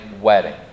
wedding